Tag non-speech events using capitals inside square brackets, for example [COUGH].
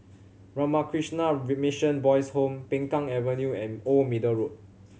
Ramakrishna [UNINTELLIGIBLE] Mission Boys' Home Peng Kang Avenue and Old Middle Road